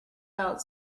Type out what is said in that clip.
note